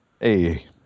Hey